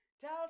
Tell